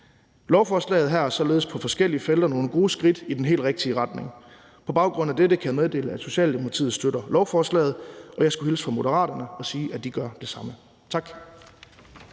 Lovforslaget her er således på forskellige felter nogle gode skridt i den helt rigtige retning. På baggrund af dette kan jeg meddele, at Socialdemokratiet støtter lovforslaget. Jeg skulle hilse fra Moderaterne og sige, at de gør det samme. Tak.